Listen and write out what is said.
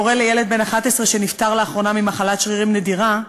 הורה לילד בן 11 שנפטר לאחרונה ממחלת שרירים נדירה,